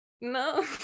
no